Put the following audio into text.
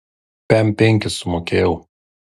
pem penkis sumokėjau